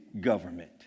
government